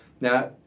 Now